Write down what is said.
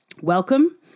welcome